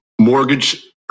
mortgage